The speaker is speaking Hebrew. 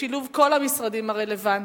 בשילוב כל המשרדים הרלוונטיים,